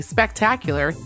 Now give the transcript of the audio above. Spectacular